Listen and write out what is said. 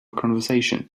conversation